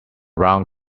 round